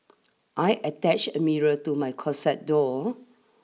I attached a mirror to my closet door